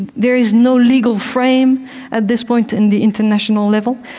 there is no legal frame at this point in the international level.